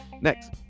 Next